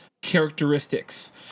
characteristics